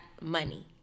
money